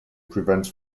prevents